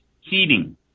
heating